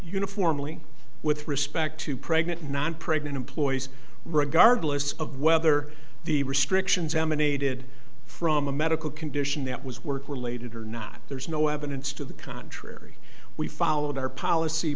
uniformly with respect to pregnant non pregnant employees regardless of whether the restrictions emanated from a medical condition that was work related or not there's no evidence to the contrary we followed our policy